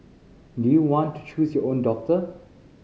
do you want to choose your own doctor